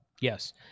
Yes